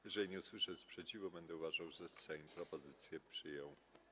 Jeżeli nie usłyszę sprzeciwu, będę uważał, że Sejm propozycję przyjął.